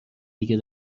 دیگه